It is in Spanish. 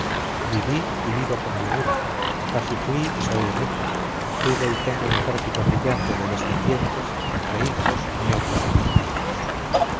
viví y vivo con holgura casi fui y soy rico tuve y tengo un ejército brillante de descendientes entre hijos nietos y biznietos